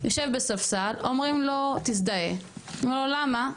יושב בספסל, אומרים לו, תזדהה, שואל, למה?